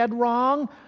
wrong